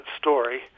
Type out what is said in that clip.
story